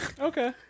Okay